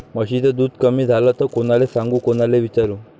म्हशीचं दूध कमी झालं त कोनाले सांगू कोनाले विचारू?